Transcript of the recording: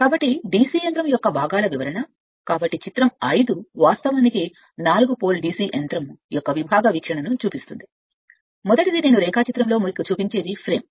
కాబట్టి DC యంత్రం యొక్క భాగాల వివరణ కాబట్టి చిత్రం 5 వాస్తవానికి నాలుగు పోల్ DC యంత్రం యొక్క విభాగ వీక్షణను చూపిస్తుంది మొదటిది నేను రేఖాచిత్రంలో మీకు చూపించే ఫ్రేమ్